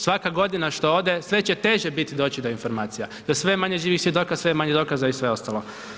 Svaka godina što ode sve će teže biti doći do informacija jer sve je manje živih svjedoka, sve je manje dokaza i sve ostalo.